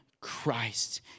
Christ